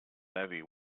levee